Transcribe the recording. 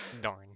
Darn